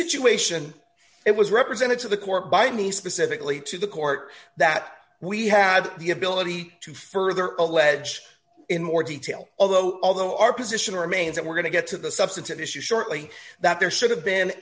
situation it was represented to the court by me specifically to the court that we have the ability to further allege in more detail although although our position remains that we're going to get to the substantive issue shortly that there should have been